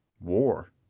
War